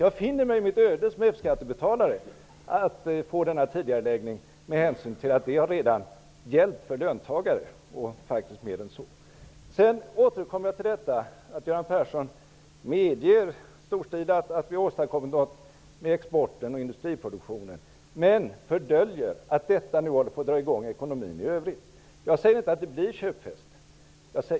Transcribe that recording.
Jag finner mig i mitt öde, att som F-skattebetalare få denna tidigareläggning, med hänsyn till att det redan har gällt för löntagare och även andra. Jag återkommer till att Göran Persson storstilat medger att vi har åstadkommit något med exporten och industriproduktionen, men han döljer att detta nu håller på att få i gång ekonomin i övrigt. Jag säger inte att det blir köpfest.